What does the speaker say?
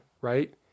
right